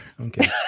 Okay